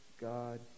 God